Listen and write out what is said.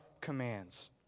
commands